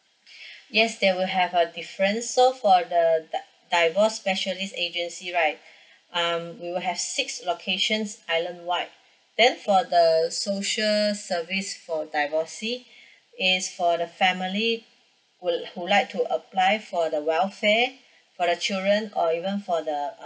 yes there will have a different so for the di~ divorce specialist agency right um we will have six locations island wide then for the social service for divorcee is for the family would who like to apply for the welfare for the children or even for the